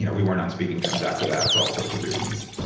yeah we weren't on speaking terms after that for all sorts of reasons.